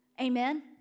Amen